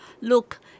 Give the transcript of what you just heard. Look